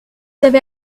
avez